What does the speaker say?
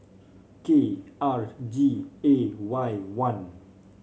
K R G A Y one